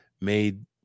made